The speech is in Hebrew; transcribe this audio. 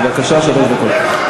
בבקשה, שלוש דקות.